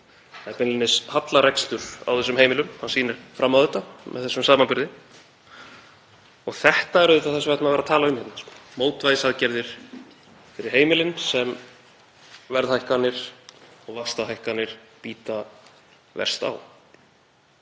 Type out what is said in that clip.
Það er beinlínis hallarekstur á þessum heimilum. Hann sýnir fram á það með þessum samanburði. Þetta er auðvitað það sem við ættum að vera að tala um; mótvægisaðgerðir fyrir heimilin sem verðhækkanir og vaxtahækkanir bíta verst á.